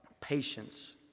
patience